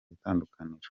itandukaniro